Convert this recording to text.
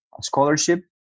scholarship